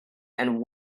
and